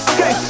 Okay